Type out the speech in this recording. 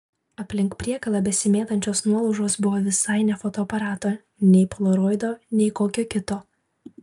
aplink priekalą besimėtančios nuolaužos buvo visai ne fotoaparato nei polaroido nei kokio kito